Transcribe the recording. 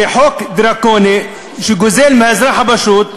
זה חוק דרקוני שגוזל מהאזרח הפשוט מגורים.